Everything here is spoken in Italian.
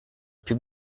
più